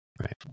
right